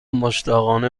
مشتاقانه